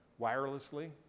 wirelessly